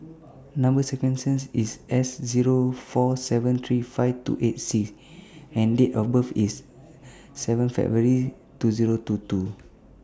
Number sequences IS S Zero four seven three five two eight C and Date of birth IS seven February two Zero two two